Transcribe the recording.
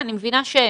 כאן.